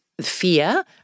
fear